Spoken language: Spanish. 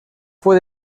fue